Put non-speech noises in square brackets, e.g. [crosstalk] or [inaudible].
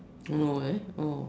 [noise] don't know eh oh